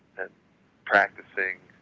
and practicing,